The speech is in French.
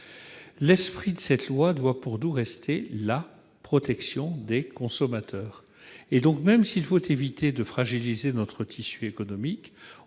L'esprit de cette proposition de loi doit rester la protection des consommateurs. Dès lors, même s'il faut éviter de fragiliser notre tissu économique,